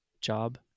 job